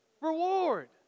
reward